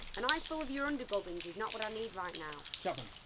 an eyeful of your under-gubbins is not what i need right now.